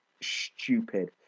stupid